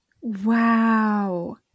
wow